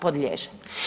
Podliježe.